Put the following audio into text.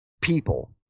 people